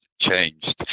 changed